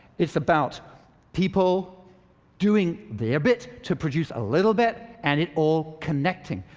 it's about people doing their bit to produce a little bit, and it all connecting.